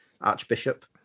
archbishop